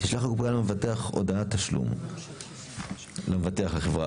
תשלח הקופה למבטח הודעת תשלום למבטח החברה.